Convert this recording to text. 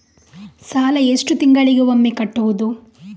ಸಾಲ ಎಷ್ಟು ತಿಂಗಳಿಗೆ ಒಮ್ಮೆ ಕಟ್ಟುವುದು?